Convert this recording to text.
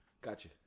Gotcha